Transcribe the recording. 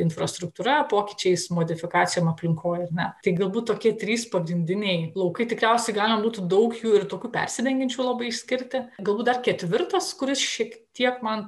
infrastruktūra pokyčiais modifikacijom aplinkoj ar ne tai galbūt tokie trys pagrindiniai laukai tikriausiai galima būtų daug jų ir tokių persidengiančių labai išskirti galbūt dar ketvirtas kuris šiek tiek man